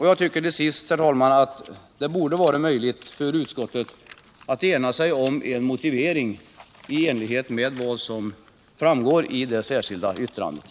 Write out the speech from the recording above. Jag tyckertill sist, herr talman, att det borde ha varit möjligt för utskottet att ena sig om en motivering i enlighet med vad som har framgått av det särskilda yttrandet.